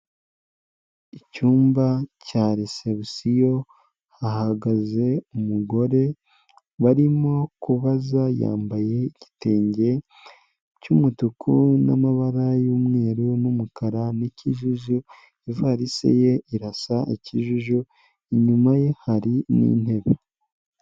Icyumba cya risebusiyo, hahagaze umugore barimo kubaza, yambaye igitenge cy'umutuku n'amabara y'umweru n'umukara n'kijuju, ivarisi ye irasa ikijuju, inyuma ye hari n'intebe.